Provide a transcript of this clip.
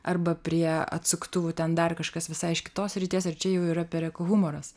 arba prie atsuktuvų ten dar kažkas visai iš kitos srities ir čia jau yra pereko humoras